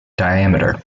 diameter